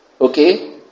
Okay